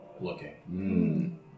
looking